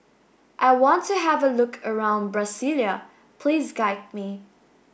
I want to have a look around Brasilia Please guide me